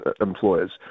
employers